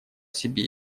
себе